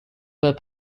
pas